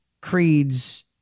creeds